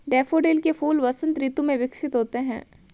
daffodil के फूल वसंत ऋतु में विकसित होते हैं